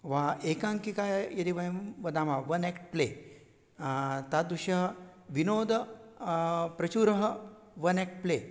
वा एकाङ्किका यदि वयं वदामः वन् एक्ट् प्ले तादृशः विनोदः प्रचुरः वन् एक्ट् प्ले